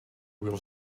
will